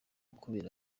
kubera